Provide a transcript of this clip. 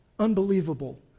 Unbelievable